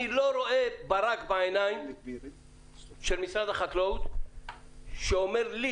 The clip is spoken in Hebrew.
אני לא רואה ברק בעיניים של משרד החקלאות שאומר לי